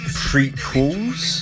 prequels